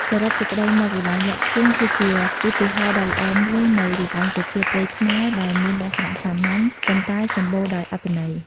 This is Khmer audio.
សរុបសេចក្ដីមក ល្បែងលាក់ធ្យូង គឺជាឧទាហរណ៍ដ៏ល្អមួយនៃល្បែងប្រជាប្រិយខ្មែរ ដែលមានលក្ខណៈសាមញ្ញ ប៉ុន្តែសម្បូរដោយអត្ថន័យ។